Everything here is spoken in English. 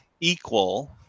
equal